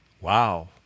Wow